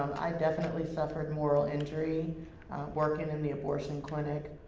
i definitely suffered moral injury working in the abortion and clinic,